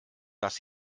dass